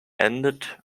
ended